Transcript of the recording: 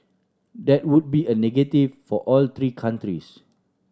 that would be a negative for all three countries